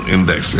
Index